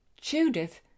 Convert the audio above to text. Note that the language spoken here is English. Judith